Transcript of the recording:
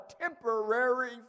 temporary